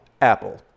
Apple